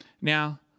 Now